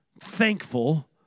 thankful